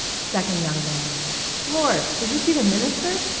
second young man lord! did you see the minister?